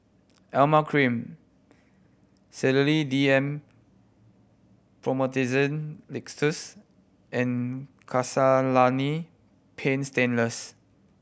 Emla Cream Sedilix D M Promethazine Linctus and Castellani Paint Stainless